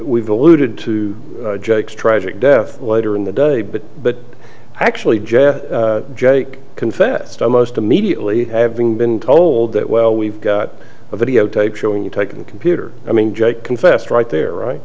we've alluded to jack's tragic death later in the day but but actually jeff jake confessed almost immediately having been told that well we've got a videotape showing you taken computer i mean jake confessed right there right